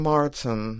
Martin